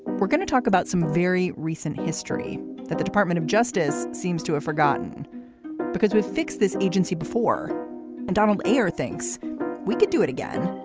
we're going to talk about some very recent history that the department of justice seems to have forgotten because we've fixed this agency before and donald air thinks we could do it again.